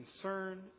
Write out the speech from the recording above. concern